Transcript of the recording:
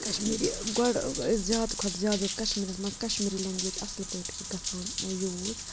کشمیٖری گۄڈٕ ٲسۍ زیادٕ کھۄتہٕ زیادٕ ٲس کشمیٖرَس منٛز کشمیٖری لٮ۪نٛگویج اَصٕل پٲٹھۍ گژھان یوٗز